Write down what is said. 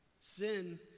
Sin